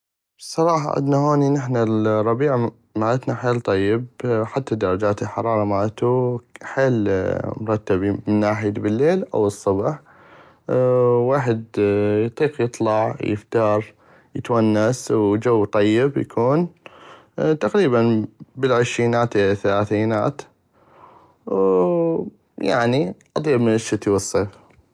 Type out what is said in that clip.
بصراحة عدنا نحنا هوني الربيع مالتنا حيل طيب حتى درجات الحرارة مالتو حيل مرتبي من ناحية بليل او الصبح ويحد اطيق يطلع يفتر يتونس والجوء طيب يكون تقريبا بل العيشينات الى الثلاثينيات وويعني اطيب من الشتي والصيف.